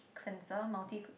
cleanser multi